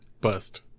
Bust